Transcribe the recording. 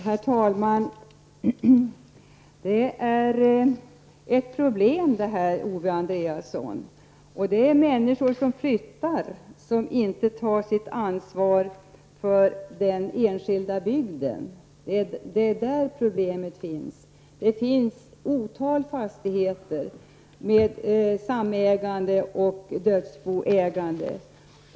Herr talman! Detta är ett problem, Owe Andréasson. Det är fråga om att människor flyttar och inte tar sitt ansvar för den enskilda bygden — det är där problemet finns. Det finns ett otal fastigheter med samägande och dödsboägande.